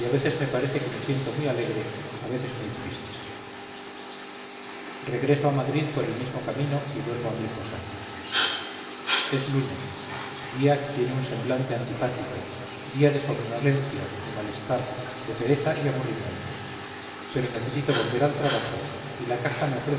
a veces me parece que me siento muy alegre a veces muy triste regreso a madrid por el mismo camino y vuelvo a mi posada es lunes día que tiene un semblante antipático día de somnolencia de malestar de pereza y aburrimiento pero necesito volver al trabajo y la caja me